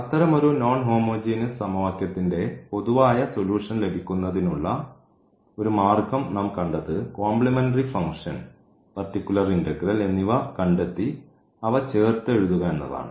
അത്തരമൊരു non homogeneous സമവാക്യത്തിന്റെ പൊതുവായ സൊല്യൂഷൻ ലഭിക്കുന്നതിനുള്ള ഒരു മാർഗം നാം കണ്ടത് കോംപ്ലിമെന്ററി ഫംഗ്ഷൻ പർട്ടിക്കുലർ ഇന്റഗ്രൽ എന്നിവ കണ്ടെത്തി അവ ചേർത്ത് എഴുതുക എന്നതാണ്